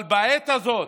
אבל בעת הזאת,